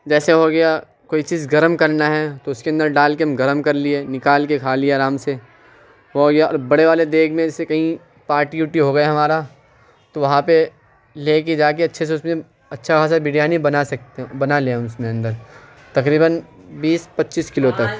جیسے ہوگیا کوئی چیز گرم کرنا ہے تو اس کے اندر ڈال کے ہم گرم کرلیے نکال کے کھا لیے آرام سے ہوگیا اور بڑے والے دیگ میں سے کہیں پارٹی ووٹی ہوگیا ہمارا تو وہاں پہ لے کے جا کے اچھے سے اس میں اچھا خاصا بریانی بنا سکتے بنا لیں اس كے اندر تقریباً بیس پچیس كیلو تک